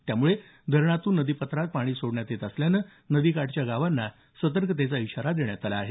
त्यामुळे धरणातून नदीपात्रात पाणी सोडण्यात येत असून नदीकाठच्या गावांना सतर्कतेचा इशारा देण्यात आला आहे